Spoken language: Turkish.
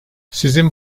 sizin